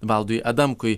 valdui adamkui